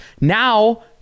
now